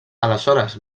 aleshores